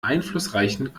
einflussreichen